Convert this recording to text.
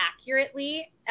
accurately